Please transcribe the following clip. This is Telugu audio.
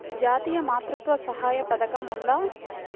జాతీయ మాతృత్వ సహాయ పథకం ఉందా?